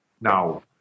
Now